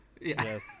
Yes